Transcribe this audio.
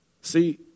See